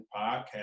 podcast